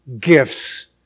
gifts